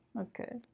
Okay